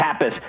Tapas